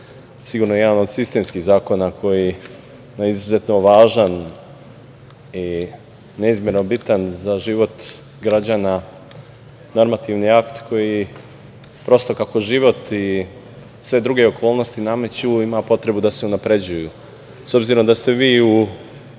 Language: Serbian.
sigurno jedan od sistemskih zakona, jedan izuzetno važan i neizmerno bitan za život građana normativni akt koji prosto kako život i sve druge okolnosti nameću ima potrebu da se unapređuju.S